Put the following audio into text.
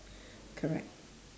correct